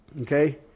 Okay